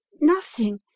Nothing